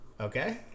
Okay